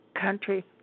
country